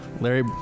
Larry